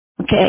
Okay